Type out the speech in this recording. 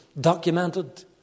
documented